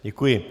Děkuji.